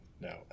no